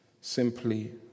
simply